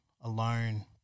alone